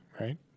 right